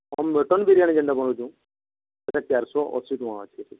ଆଉ ମଟନ୍ ବିରିୟାନୀ ଯେନ୍ତା ବନଉଛୁ ସେଇଟା ଚାରିଶହ ଅଶୀ ଟଙ୍କା ଅଛି